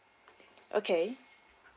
okay